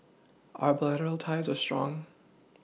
our bilateral ties are strong